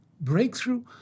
breakthrough